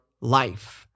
life